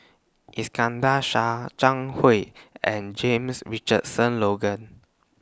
Iskandar Shah Zhang Hui and James Richardson Logan